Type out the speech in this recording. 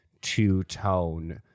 two-tone